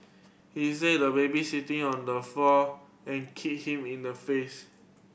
he see the baby sitting on the floor and kicked him in the face